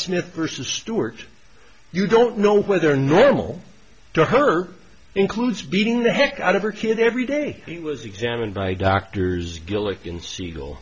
smith versus stewart you don't know whether normal to her includes beating the heck out of her kid every day he was examined by doctors gillikin siegel